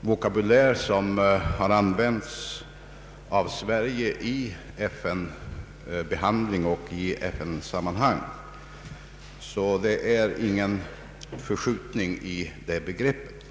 vokabulär som använts av Sverige vid FN-behandlingen och i FN sammanhang. Det är alltså inte fråga om någon förskjutning i detta begrepp.